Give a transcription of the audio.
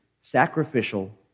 sacrificial